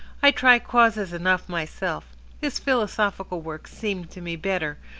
i try causes enough myself his philosophical works seem to me better,